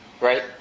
right